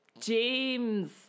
james